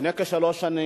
לפני כשלוש שנים,